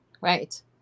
right